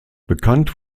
bekannt